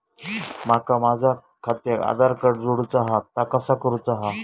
माका माझा खात्याक आधार कार्ड जोडूचा हा ता कसा करुचा हा?